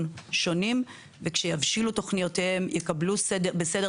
שונים וכשיבשילו תוכניותיהם יקבלו סדר